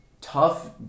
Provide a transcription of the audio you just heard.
tough